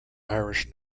irish